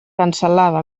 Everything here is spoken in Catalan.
cancel·lada